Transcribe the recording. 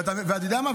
ואתה יודע מה,